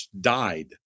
died